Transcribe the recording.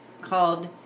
called